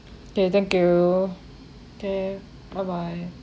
okay thank you okay bye bye